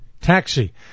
Taxi